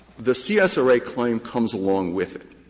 the csra claim comes along with it.